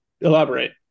Elaborate